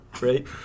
Right